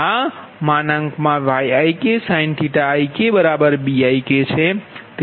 તેથીPik ViVkBik